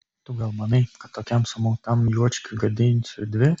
tu gal manai kad tokiam sumautam juočkiui gadinsiu dvi